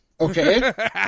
okay